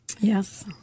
Yes